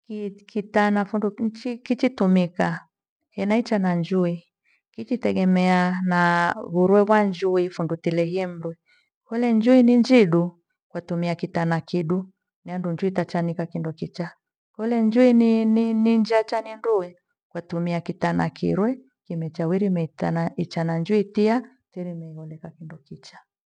Ki kitana fundu kichi kichitumika ena icha na njuwii kichitegemea na vure wanjuwi fundu kurehia mndu. Kole njuwii ni njedu wetumia kitana kidu, ni adunjwi itachamika kindo kicha. Kole njwii ni- ni- ni ni njacha ni nduwe wetumia kitama kirwe kimechaweremeta na ichana njwii thiya tirimegholeka kindo kichaa